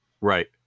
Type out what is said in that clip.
Right